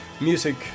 music